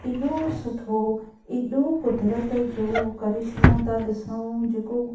एॾो सुठो एॾो कुदिरत जो करिशमो था ॾिसूं जेको